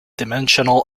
dimensional